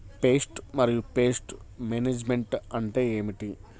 Pest మరియు pest management అంటే ఏమిటి?